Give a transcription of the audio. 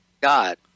God